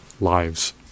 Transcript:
lives